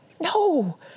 No